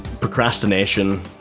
procrastination